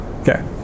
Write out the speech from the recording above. Okay